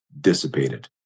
dissipated